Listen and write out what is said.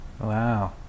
wow